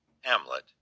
Hamlet